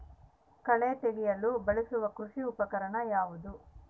ಕಳೆ ತೆಗೆಯಲು ಬಳಸುವ ಕೃಷಿ ಉಪಕರಣ ಯಾವುದು?